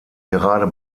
gerade